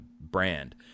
brand